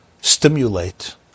stimulate